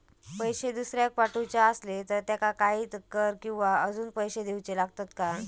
पैशे दुसऱ्याक पाठवूचे आसले तर त्याका काही कर किवा अजून पैशे देऊचे लागतत काय?